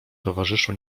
towarzyszu